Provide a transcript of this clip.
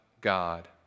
God